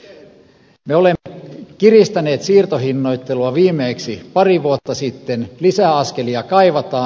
me olemme kiristäneet siirtohinnoittelua viimeksi pari vuotta sitten lisäaskelia kaivataan